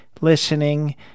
listening